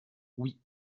oui